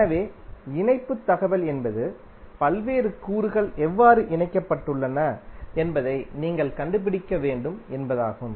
எனவே இணைப்புத் தகவல் என்பது பல்வேறு கூறுகள் எவ்வாறு இணைக்கப்பட்டுள்ளன என்பதை நீங்கள் கண்டுபிடிக்க வேண்டும் என்பதாகும்